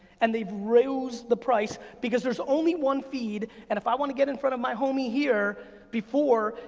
and they rose the price, because there's only one feed, and if i wanna get in front of my homey here, before,